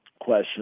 question